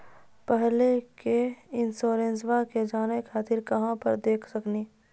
पहले के इंश्योरेंसबा के जाने खातिर कहां पर देख सकनी?